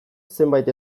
zenbait